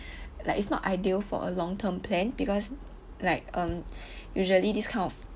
like it's not ideal for a long-term plan because like um usually this kind of